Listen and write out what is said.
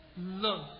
Love